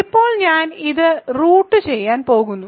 ഇപ്പോൾ ഞാൻ ഇത് റൂട്ട് ചെയ്യാൻ പോകുന്നു